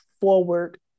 forward